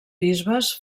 bisbes